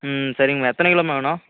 ம் சரிங்கம்மா எத்தனை கிலோம்மா வேணும்